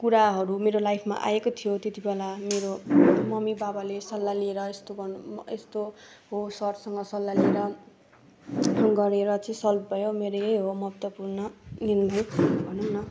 कुराहरू मेरो लाइफमा आएको थियो त्यति बेला मेरो मम्मी बाबाले सल्लाह लिएर यस्तो गर्नु म यस्तो हो सरसँग सल्लाह लिएर गरेर चाहिँ सल्भ भयो मेरो यही हो महत्त्वपूर्ण निर्णय भनौँ न